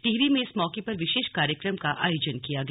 टिहरी में इस मौके पर विशेष कार्यक्रम का आयोजन किया गया